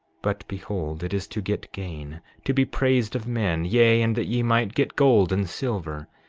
but behold, it is to get gain, to be praised of men, yea, and that ye might get gold and silver.